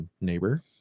neighbor